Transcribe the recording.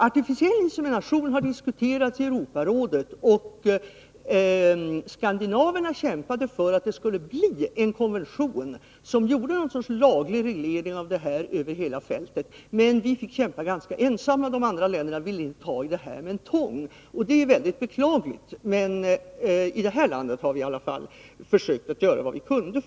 Artificiell insemination har diskuterats i Europarådet, och skandinaverna kämpade för att man skulle få en konvention som reglerade denna verksamhet i lag. Men vi fick kämpa ganska ensamma — de andra länderna ville inte ta i det här med tång, och det är mycket beklagligt. I det här landet har vi i varje fall försökt att göra vad vi kunde.